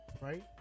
right